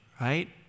right